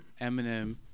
Eminem